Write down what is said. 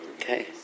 Okay